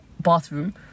bathroom